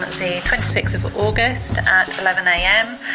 the twenty sixth august at eleven am,